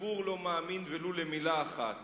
הציבור לא מאמין ולו למלה אחת.